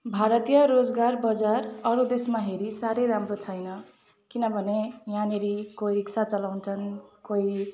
भारतीय रोजगार बजार अरू देशमा हेरी साह्रै राम्रो छैन किनभने यहाँनेरि कोही रिक्सा चलाउँछन् कोही